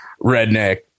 redneck